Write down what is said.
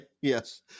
yes